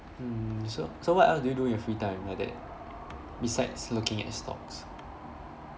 hmm so so what else do you do in your free time like that besides looking at stocks